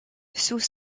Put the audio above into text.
sous